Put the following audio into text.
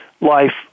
life